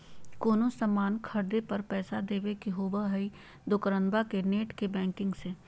कोनो सामान खर्दे पर पैसा देबे के होबो हइ दोकंदारबा के नेट बैंकिंग से